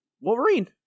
Wolverine